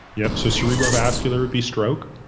yep, so cerebrovascular would be stroke,